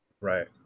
Right